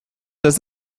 does